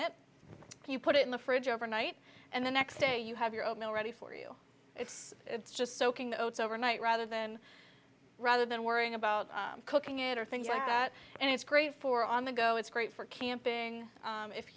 it you put it in the fridge overnight and the next day you have your own mill ready for you if it's just soaking the oats overnight rather than rather than worrying about cooking it or things like that and it's great for on the go it's great for camping